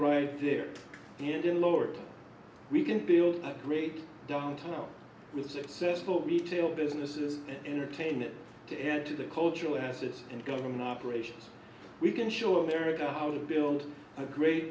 ride there and then lowered we can build a great downtown with successful retail businesses and retain it to add to the cultural assets and government operations we can show america how to build a great